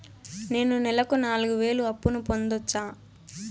నేను నెలకు నాలుగు వేలు అప్పును పొందొచ్చా?